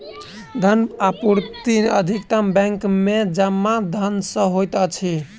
धनक आपूर्ति अधिकतम बैंक में जमा धन सॅ होइत अछि